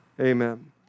amen